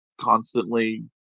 constantly